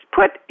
put